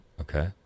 okay